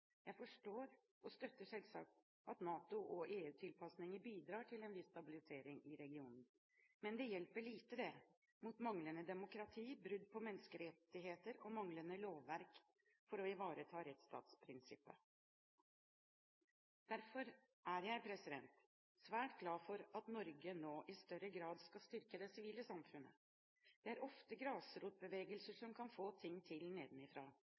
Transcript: Jeg forstår og støtter selvsagt at NATO og EU-tilpasninger bidrar til en viss stabilisering i regionen, men det hjelper lite mot manglende demokrati, brudd på menneskerettigheter og manglende lovverk for å ivareta rettsstatsprinsippet. Derfor er jeg svært glad for at Norge nå i større grad skal styrke det sivile samfunnet. Det er ofte grasrotbevegelser som kan få til ting